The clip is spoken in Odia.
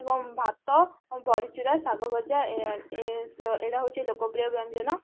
ଏବଂ ଭାତ ବଡ଼ିଚୁରା ଶାଗ ଭଜା ଏଇଟା ଲୋକପ୍ରିୟ ବ୍ୟଞ୍ଜନ